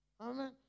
Amen